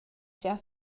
gia